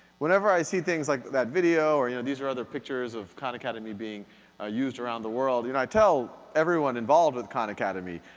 whenever i see things like that video, or you know these are other pictures of khan academy being ah used around the world, you know i tell everyone involved with the khan academy,